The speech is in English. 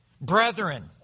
Brethren